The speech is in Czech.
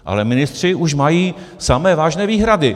Ale ministři už mají samé vážné výhrady.